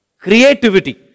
creativity